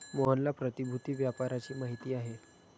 मोहनला प्रतिभूति व्यापाराची माहिती आहे